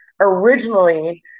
originally